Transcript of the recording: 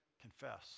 Confess